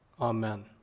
Amen